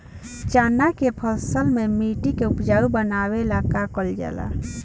चन्ना के फसल में मिट्टी के उपजाऊ बनावे ला का कइल जाला?